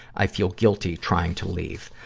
i feel guilty trying to leave.